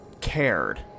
Cared